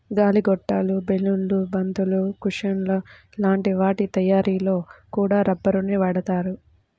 గాలి గొట్టాలు, బెలూన్లు, బంతులు, కుషన్ల లాంటి వాటి తయ్యారీలో కూడా రబ్బరునే వాడతారు